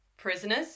Prisoners